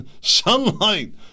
sunlight